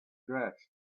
dressed